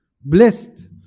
blessed